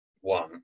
one